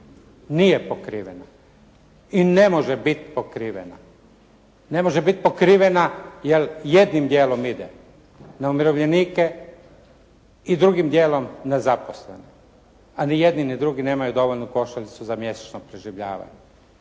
Nije pokrivena i ne može biti pokrivena. Ne može biti pokrivena, jer jednim dijelom ide na umirovljenike i drugim dijelom na zaposlene, a ni jedni ni drugi nemaju dovoljnu košaricu za mjesečno preživljavanje.